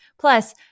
Plus